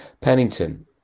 Pennington